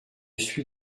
suis